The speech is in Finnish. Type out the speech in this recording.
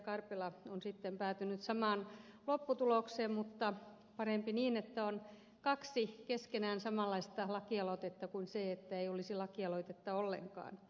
karpela on sitten päätynyt samaan lopputulokseen mutta parempi niin että on kaksi keskenään samanlaista lakialoitetta kuin että ei olisi lakialoitetta ollenkaan